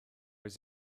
his